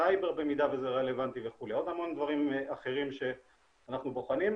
סייבר במידה שזה רלוונטי ועוד המון דברים אחרים שאנחנו בוחנים,